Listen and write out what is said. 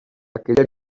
aquella